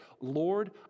Lord